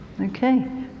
Okay